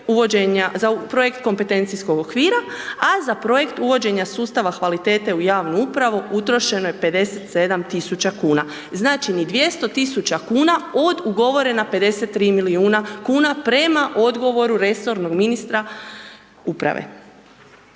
za projekt kompetencijskog okvira, a za projekt uvođenja sustava kvalitete u javnu upravu utrošeno je 57 tisuća kuna, znači ni 200 tisuća kuna, od ugovorena 53 milijuna kuna, prema odgovoru resornog ministra uprave.